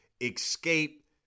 escape